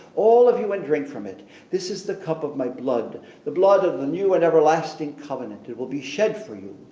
all of you, and drink from it this is the cup of my blood the blood of the new and everlasting covenant. it will be shed for you,